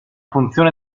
funzione